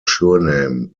surname